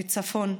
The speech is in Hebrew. בצפון,